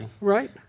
right